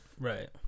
Right